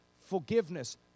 forgiveness